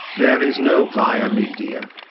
there is no via media.